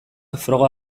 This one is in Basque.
froga